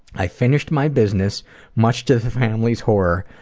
i finished my business much to the family's horror,